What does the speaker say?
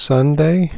Sunday